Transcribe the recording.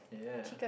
yeah